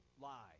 lie